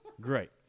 Great